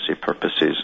purposes